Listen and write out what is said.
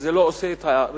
וזה לא עושה את הרפורמה,